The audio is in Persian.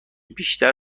بیشتر